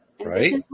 Right